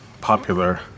popular